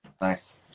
Nice